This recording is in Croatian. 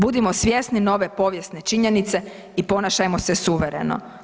Budimo svjesni nove povijesne činjenice i ponašajmo se suvereno.